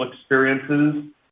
experiences